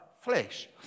flesh